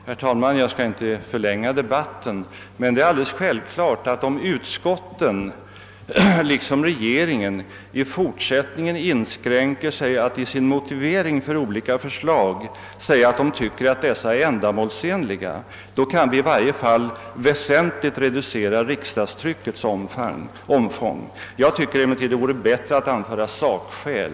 Herr talman! Jag skall inte förlänga debatten men det är alldeles självklart, att om utskotten liksom regeringen i fortsättningen inskränker sig till att i sin motivering för olika förslag säga att de tycker att dessa är ändamålsenliga, kan vi i varje fall väsentligt reducera riksdagstryckets omfång. Jag tycker emellertid det vore bättre att anföra sakskäl.